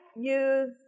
use